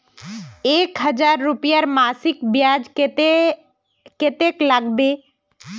एक हजार रूपयार मासिक ब्याज कतेक लागबे?